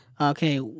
Okay